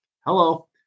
Hello